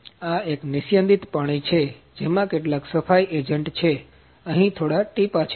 હવે આ એક નિસ્યંદિત પાણી છે જેમાં કેટલાક સફાઇ એજન્ટ છે અહીં થોડા ટીપાં છે